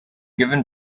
given